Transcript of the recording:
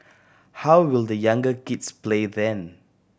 how will the younger kids play then